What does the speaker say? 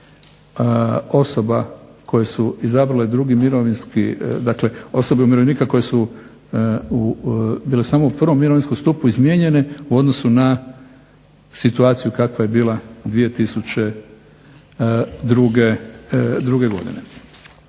osoba koje su izabrale drugi mirovinski, dakle osobe umirovljenika koje su bile samo u prvom mirovinskom stupu izmijenjene u odnosu na situaciju kakva je bila 2002. godine.